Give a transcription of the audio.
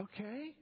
Okay